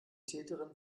täterin